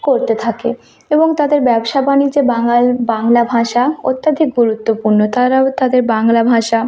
করতে থাকে এবং তাদের ব্যবসা বাণিজ্য বাঙাল বাংলা ভাষা অত্যধিক গুরুত্বপূর্ণ তারাও তাদের বাংলা ভাষা